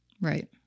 Right